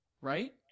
right